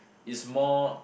is more